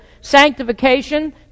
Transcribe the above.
sanctification